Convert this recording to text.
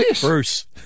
Bruce